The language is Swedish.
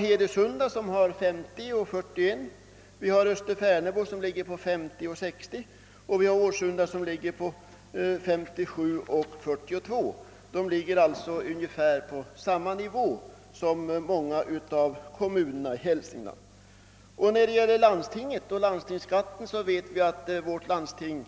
Hedesunda har 50:41, öÖsterfärnebo ligger på 50:60 och Årsunda ligger på 57:42. De ligger alltså på ungefär samma nivå som många av kommunerna i Hälsingland. När det gäller skatteuttagen till landstingen ligger vårt landsting